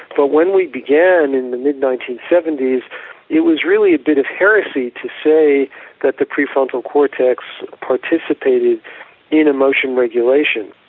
but when we began in the mid nineteen seventy s it was really a bit of a heresy to say that the pre-frontal cortex participated in emotion regulation.